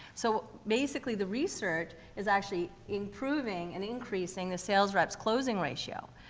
so basically, the research is actually improving and increasing the sales rep's closing ratio.